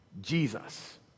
Jesus